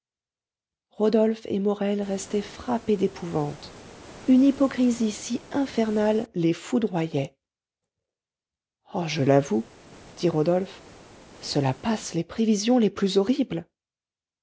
rodolphe et morel restaient frappés d'épouvante une hypocrisie si infernale les foudroyait oh je l'avoue dit rodolphe cela passe les prévisions les plus horribles